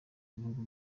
ibihugu